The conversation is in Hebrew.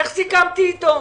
איך סיכמתי איתו?